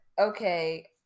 Okay